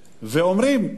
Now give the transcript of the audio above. ואומרים: